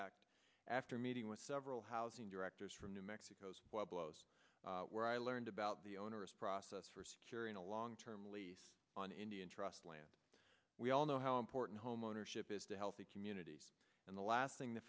after meeting with several housing directors from new mexico's blows where i learned about the onerous process for securing a long term lease on indian trust land we all know how important homeownership is to healthy communities and the last thing the